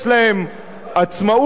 יש להם עצמאות,